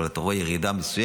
אבל אתה רואה ירידה מסוימת.